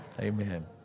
Amen